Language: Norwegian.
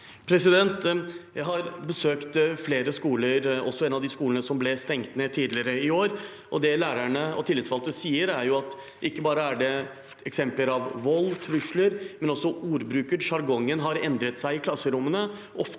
Jeg har besøkt flere skoler, også en av de skolene som ble stengt ned tidligere i år, og det lærerne og de tillitsvalgte sier, er at det ikke bare er eksempler på vold og trusler, men at også ordbruken og sjargongen har endret seg i klasserommene